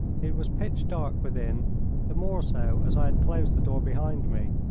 it was pitch-dark within the more so as i had closed the door behind me.